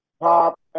pop